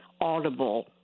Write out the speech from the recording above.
audible